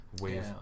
Wave